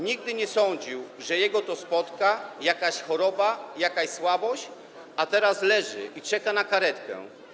Nigdy nie sądził, że go to spotka, jakaś choroba, jakaś słabość, a teraz leży i czeka na karetkę.